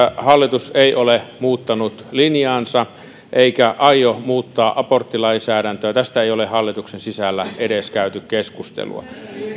hallitus ei ole muuttanut linjaansa eikä aio muuttaa aborttilainsäädäntöä tästä ei ole hallituksen sisällä edes käyty keskustelua